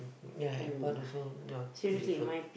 ya airport also not beautiful